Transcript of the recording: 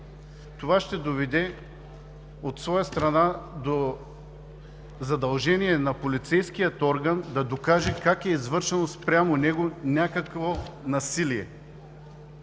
това ще доведе до задължение на полицейския орган да докаже как е извършено спрямо него някакво насилие.